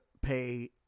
pay